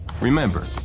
Remember